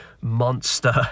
monster